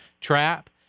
trap